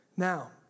Now